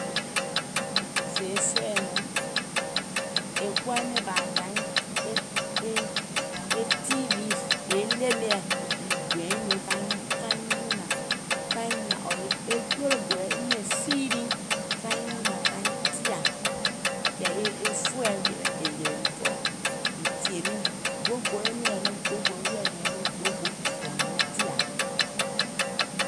Sèè fòìɛ nɔ̀ùm, àŋ kuwa nɛ̀ŋ bà àŋ nyaaŋ e e e tea liì yèè lèèmeèɛ, mìŋ gbìɛ̀ŋ nyiŋ gbìɛ̀ŋ nòo kaaiŋ nyùnàŋ ɔ̀ɔ̀ e jològbòɛ, e nɛ̀ŋ fiiì lii kaiŋ nyùnàŋ kaiŋ tìà, kɛ̀ e fòìɛ yèwèìm kɔɔ, mìŋ tìè miìŋ, gbougbou, e wùìyèɛ nɔ̀ŋ yɛi nɔŋ gbougbou kɛ̀ màiŋ tìà.